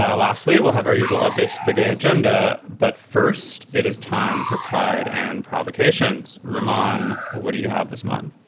ah lastly, we'll have our usual updates. the gay agenda. but first, it is time for pride and provocations. reman. what do you have this month?